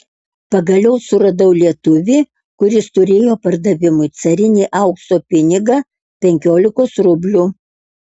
pagaliau suradau lietuvį kuris turėjo pardavimui carinį aukso pinigą penkiolikos rublių